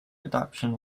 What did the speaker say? adaptation